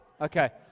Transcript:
Okay